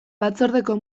batzordeko